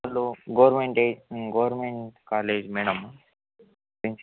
hello government ಏ government college ಮೇಡಮ್ಮಾ ಹ್ಞೂ